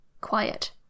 quiet